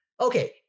Okay